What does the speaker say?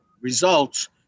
results